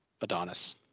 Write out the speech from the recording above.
Adonis